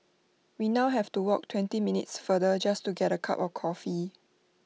we now have to walk twenty minutes further just to get A cup of coffee